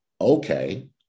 okay